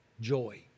joy